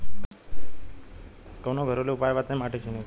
कवनो घरेलू उपाय बताया माटी चिन्हे के?